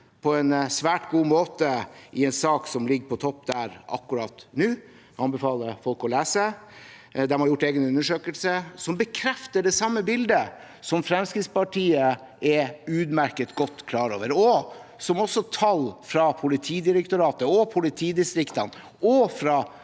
på en svært god måte i en sak som ligger på topp der akkurat nå. Jeg anbefaler folk å lese den. De har gjort en egen undersøkelse som bekrefter det samme bildet som Fremskrittspartiet utmerket godt er klar over, og som også tall fra Politidirektoratet, fra politidistriktene og fra